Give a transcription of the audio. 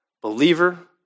believer